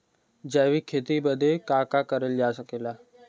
जैविक खेती बदे का का करल जा सकेला?